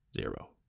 zero